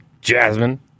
Jasmine